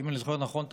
אם אני זוכר נכון,